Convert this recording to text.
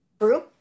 True